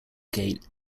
gate